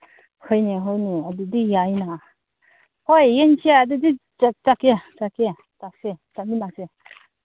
ꯍꯣꯏꯅꯦ ꯍꯣꯏꯅꯦ ꯑꯗꯨꯗꯤ ꯌꯥꯏꯅ ꯍꯣꯏ ꯌꯦꯡꯁꯦ ꯑꯗꯨꯗꯤ ꯆꯠꯀꯦ ꯆꯠꯀꯦ ꯆꯠꯁꯦ ꯆꯠꯃꯤꯟꯅꯁꯦ